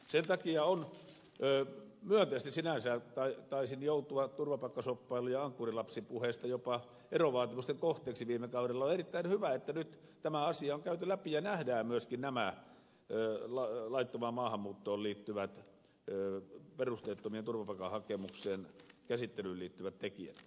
sen takia on myönteistä sinänsä taisin joutua turvapaikkashoppailu ja ankkurilapsipuheista jopa erovaatimusten kohteeksi viime kaudella että nyt tämä asia on käyty läpi ja nähdään myöskin nämä laittomaan maahanmuuttoon ja perusteettomien turvapaikkahakemuksien käsittelyyn liittyvät tekijät